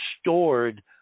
stored